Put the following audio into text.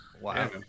Wow